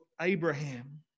Abraham